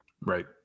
right